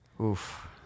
Oof